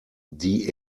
die